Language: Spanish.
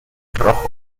rojo